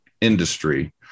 industry